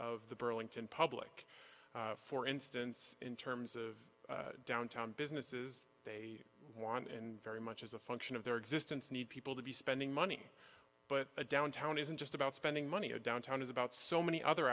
of the burlington public for instance in terms of downtown businesses they want and very much as a function of their existence need people to be spending money but a downtown isn't just about spending money a downtown is about so many other